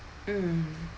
mm